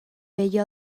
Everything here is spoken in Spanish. bello